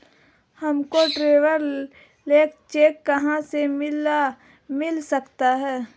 हमको traveller cheque कहाँ से मिल सकता है?